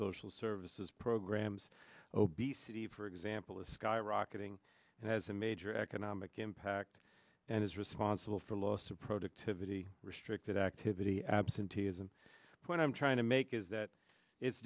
social services programs obesity for example is skyrocketing and has a major economic impact act and is responsible for loss of productivity restricted activity absenteeism point i'm trying to make is that it's